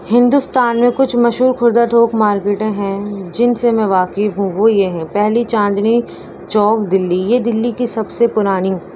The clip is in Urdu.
ہندوستان میں کچھ مشہور خوردہ تھوک مارکیٹیں ہیں جن سے میں واقف ہوں وہ یہ ہیں پہلی چاندنی چوک دلی یہ دلی کی سب سے پرانی